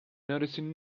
noticing